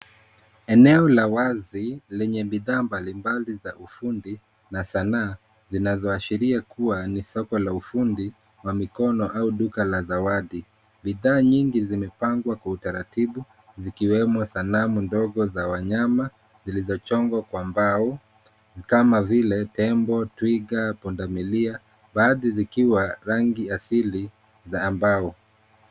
Eneo la wazi lenye bidhaa mbalimbali za ufundi na sanaa zinazo ashiria kuwa ni soko la ufundi, wa mikono au duka la zawadi. Bidhaa nyingi zimepangwa kwa utaratibu zikiwemo sanamu dogo za wanyama zilizochongwa kwa mbao kama vile tembo, twiga, punda milia baadhi zikiwa rangi asili za mbao.